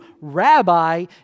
rabbi